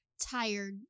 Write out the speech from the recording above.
tired